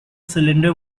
cylinder